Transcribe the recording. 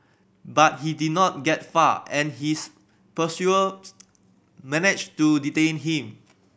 but he did not get far and his pursuers managed to detain him